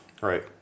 Right